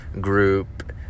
group